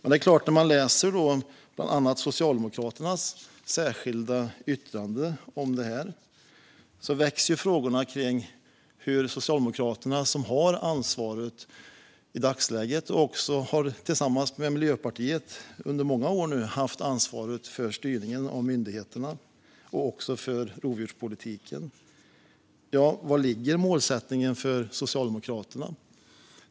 När man läser bland annat Socialdemokraternas särskilda yttranden om detta växer frågorna kring var målsättningen ligger för Socialdemokraterna, som i dagsläget har ansvaret för styrningen av myndigheterna och rovdjurspolitiken - och har haft det under många år, tillsammans med Miljöpartiet.